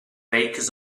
bakers